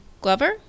Glover